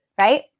Right